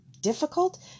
difficult